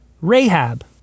Rahab